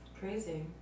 Crazy